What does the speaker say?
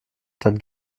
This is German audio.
dann